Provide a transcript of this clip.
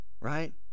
right